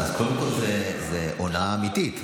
אז קודם כול זו הונאה אמיתית,